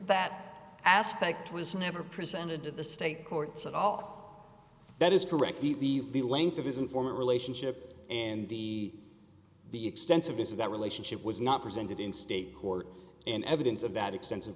that aspect was never presented to the state courts at all that is correct the length of his informant relationship and the the extensive use of that relationship was not presented in state court and evidence of that extensive